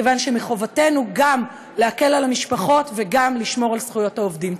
כי מחובתנו גם להקל על המשפחות וגם לשמור על זכויות העובדים.